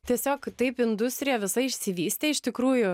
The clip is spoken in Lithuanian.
tiesiog taip industrija visa išsivystė iš tikrųjų